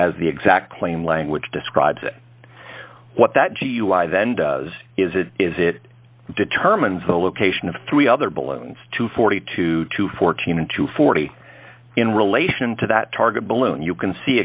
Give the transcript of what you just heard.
as the exact claim language describes what that g u i then does is it is it determines the location of three other balloons to forty two to fourteen and to forty in relation to that target balloon you can see